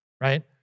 right